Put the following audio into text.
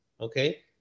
okay